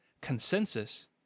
consensus